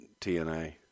TNA